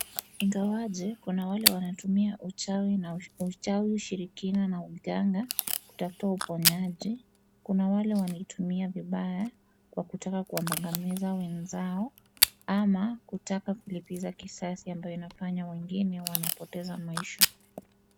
Ingawaje kuna wale wanatumia uchawi na, uchawi ushirikina na uganga kutafuta uponyaji, kuna wale wanaitumia vibaya kwa kutaka kuangamiza wenzao ama kutaka kulipiza kisasi ambayo inafanya wengine wanapoteza maisha.